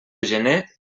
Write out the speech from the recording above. gener